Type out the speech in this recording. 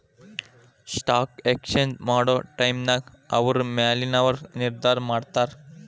stock exchange ಮಾಡೊ ಟೈಮ್ನ ಅವ್ರ ಮ್ಯಾಲಿನವರು ನಿರ್ಧಾರ ಮಾಡಿರ್ತಾರ